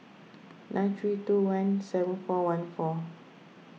nine three two one seven four one four